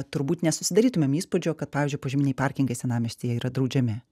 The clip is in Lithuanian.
turbūt nesusidarytumėm įspūdžio kad pavyzdžiui požeminiai parkingai senamiestyje yra draudžiami